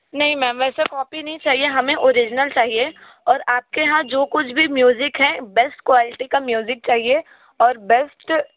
नहीं मेम वैसे कॉपी नहीं चाहिए हमें ओरिजिनल चाहिए और आपके यहाँ जो कुछ भी म्यूज़िक है बेस्ट क्वालिटी का म्यूसिक चाहिए और बेस्ट